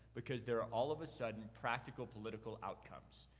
because there are all of a sudden practical political outcomes.